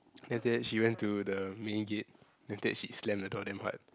then after that she went to the main gain then after that she slam the door damn hard